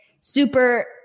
super